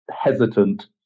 hesitant